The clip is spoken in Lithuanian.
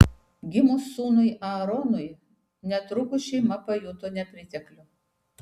gimus sūnui aaronui netrukus šeima pajuto nepriteklių